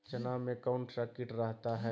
चना में कौन सा किट रहता है?